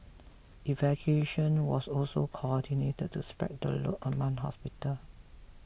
evacuation was also coordinated to spread the load among hospital